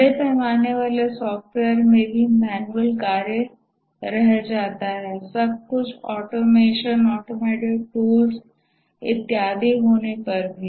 बड़े पैमाने वाले सॉफ्टवेयर में भी मैन्युअल कार्य रह जाता है सब कुछ ऑटोमेशन ऑटोमेटेड टूल्स इत्यादि होने पर भी